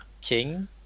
King